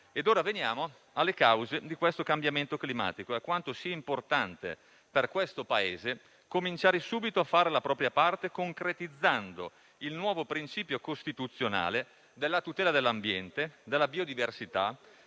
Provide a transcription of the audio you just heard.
ora alle cause di questo cambiamento climatico e a quanto sia importante per questo Paese cominciare subito a fare la propria parte, concretizzando il nuovo principio costituzionale della tutela dell'ambiente, della biodiversità,